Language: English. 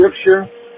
scripture